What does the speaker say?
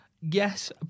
Yes